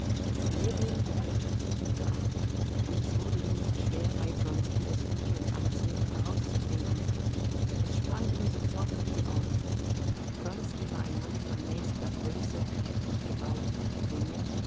ljewin gehörte zu dieser art und es wurde ihm nicht schwer bei wronski das gute und anziehende herauszufinden es sprang ihm sofort in die augen wronski war ein mann von mäßiger größe kräftig gebaut brünett